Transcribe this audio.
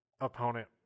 opponent